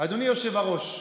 אדוני היושב-ראש.